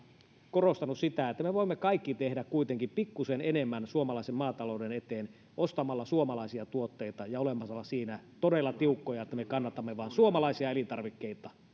korostanut sitä että me voimme kaikki tehdä kuitenkin pikkusen enemmän suomalaisen maatalouden eteen ostamalla suomalaisia tuotteita ja olemalla siinä todella tiukkoja että me kannatamme vain suomalaisia elintarvikkeita